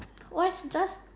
why does